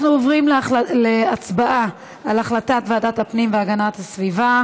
אנחנו עוברים להצבעה על החלטת ועדת הפנים והגנת הסביבה